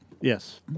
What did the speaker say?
Yes